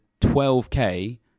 12K